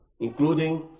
including